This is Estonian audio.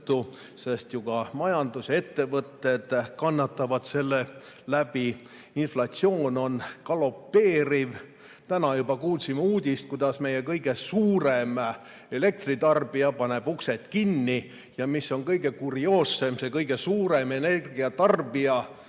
sest ka majandus ja ettevõtted kannatavad selle läbi. Inflatsioon on galopeeriv. Täna juba kuulsime uudist, kuidas meie kõige suurem elektritarbija paneb uksed kinni. Ja kõige kurioossem, see kõige suurem energiatarbija,